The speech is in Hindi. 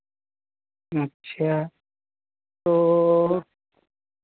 अच्छा तो